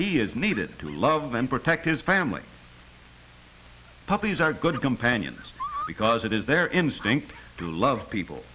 he is needed to love and protect his family puppies are good companions because it is their instinct to love people